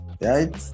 Right